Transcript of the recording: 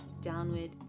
downward